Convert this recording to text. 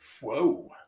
Whoa